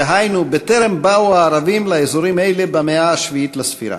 דהיינו בטרם באו הערבים לאזורים האלה במאה השביעית לספירה.